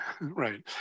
right